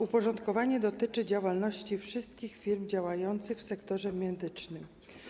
Uporządkowanie dotyczy działalności wszystkich firm działających w sektorze medycznym.